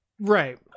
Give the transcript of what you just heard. Right